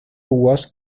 was